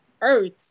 Earth